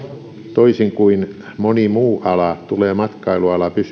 toisin kuin moni muu ala tulee matkailuala